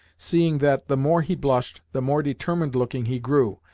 seeing that, the more he blushed, the more determined-looking he grew,